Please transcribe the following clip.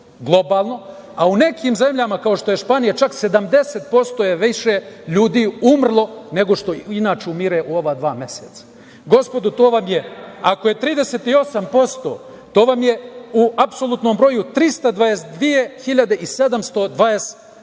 globalno, a u nekim zemljama, kao što je Španija, čak 70% je više ljudi umrlo nego što inače umire u ova dva meseca. Gospodo, ako je 38%, to vam je u apsolutnom broju 322.720 ljudi